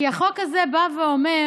כי החוק הזה בא ואומר